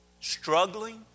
struggling